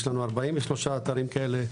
יש לנו 43 אתרים כאלה.